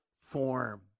form